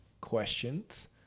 questions